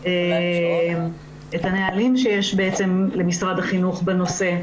את הנהלים יש למשרד החינוך בנושא.